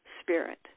spirit